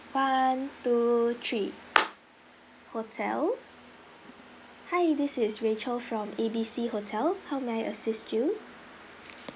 one two three hotel hi this is rachel from A B C hotel how may I assist you